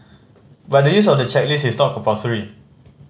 but the use of the checklist is not compulsory